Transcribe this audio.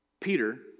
Peter